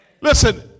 Listen